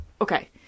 okay